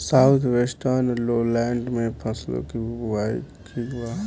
South western lowland में फसलों की बुवाई ठीक बा?